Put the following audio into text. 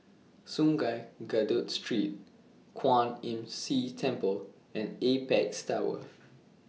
Sungei Kadut Street Kwan Imm See Temple and Apex Tower